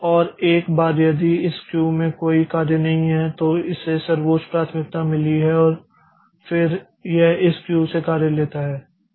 और एक बार यदि इस क्यू में कोई कार्य नहीं है तो इसे सर्वोच्च प्राथमिकता मिली है और फिर यह इस क्यू से कार्य लेता है